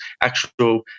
actual